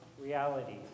reality